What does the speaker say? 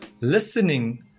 Listening